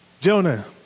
Jonah